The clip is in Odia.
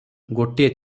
ଗୋଟିଏ